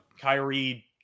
Kyrie